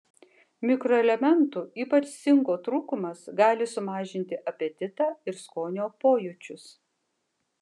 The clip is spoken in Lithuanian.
mikroelementų ypač cinko trūkumas gali sumažinti apetitą ir skonio pojūčius